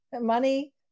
money